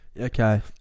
Okay